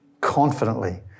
confidently